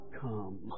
come